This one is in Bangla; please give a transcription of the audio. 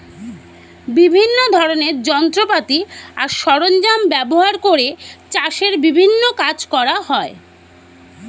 বিভিন্ন ধরনের যন্ত্রপাতি আর সরঞ্জাম ব্যবহার করে চাষের বিভিন্ন কাজ করা হয়